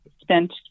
spent